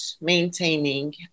maintaining